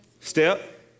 step